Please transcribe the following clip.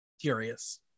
curious